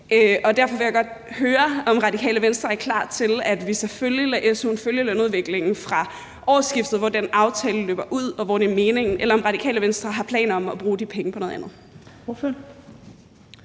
Derfor vil jeg godt høre, om Radikale Venstre er klar til, at vi selvfølgelig lader af su'en følge lønudviklingen fra årsskiftet, hvor den aftale løber ud, og hvor det er meningen at gøre det, eller om Radikale Venstre har planer om at bruge de penge på noget andet.